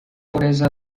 pobreza